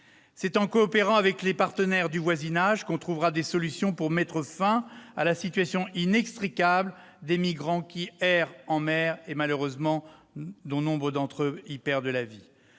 C'est en coopérant avec les partenaires du voisinage que l'on trouvera des solutions pour mettre fin à la situation inextricable des migrants qui errent en mer, où, malheureusement, un grand nombre perd la vie.